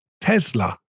Tesla